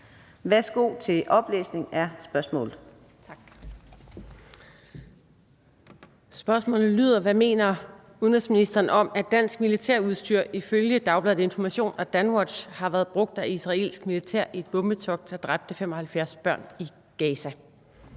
Værsgo for oplæsning af spørgsmålet. Kl. 13:01 Trine Pertou Mach (EL): Spørgsmålet lyder: Hvad mener udenrigsministeren om, at dansk militært udstyr ifølge Dagbladet Information og Danwatch har været brugt af israelsk militær i bombetogter, der dræbte 75 børn i Gaza?